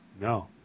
No